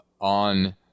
on